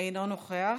אינו נוכח,